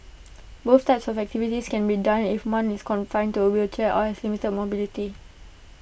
both types of activities can be done even if one is confined to A wheelchair or has limited mobility